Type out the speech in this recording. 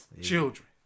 Children